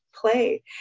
play